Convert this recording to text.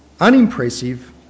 unimpressive